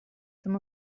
some